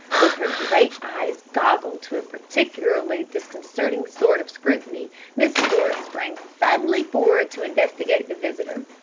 with her great eyes goggled to a particularly disconcerting sort of scrutiny miss flora sprang suddenly forward to investigate the visitor.